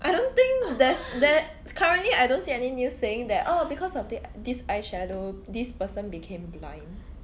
I don't think there's that currently I don't see any new saying that oh because of thi~ this eyeshadow this person became blind